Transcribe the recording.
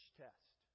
test